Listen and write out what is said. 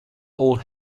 old